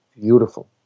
beautiful